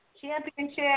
championship